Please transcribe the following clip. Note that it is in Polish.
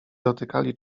dotykali